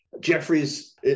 Jeffrey's